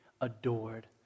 adored